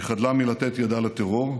היא חדלה מלתת ידה לטרור,